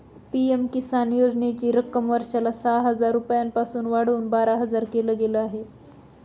PM Kisan योजनेची रक्कम वर्षाला सहा हजार रुपयांपासून वाढवून बारा हजार केल गेलं आहे